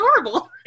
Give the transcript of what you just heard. adorable